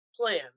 plan